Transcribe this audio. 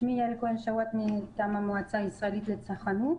שמי יעל כהן שאואט, מטעם המועצה הישראלית לצרכנות.